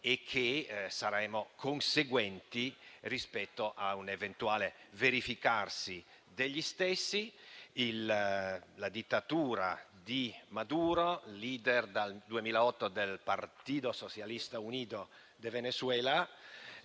e che saremo conseguenti rispetto a un eventuale verificarsi degli stessi. La dittatura di Maduro, *leader* dal 2008 del Partido Socialista Unido de Venezuela,